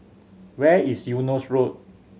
where is Eunos Road